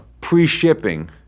Pre-shipping